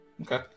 Okay